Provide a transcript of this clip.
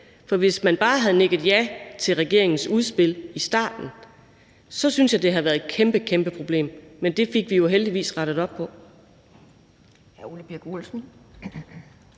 for hvis man bare havde nikket ja til regeringens udspil i starten, synes jeg at det havde været et kæmpe, kæmpe problem. Men det fik vi jo heldigvis rettet op på.